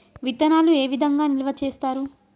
విత్తనాలు ఏ విధంగా నిల్వ చేస్తారు?